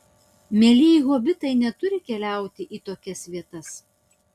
mielieji hobitai neturi keliauti į tokias vietas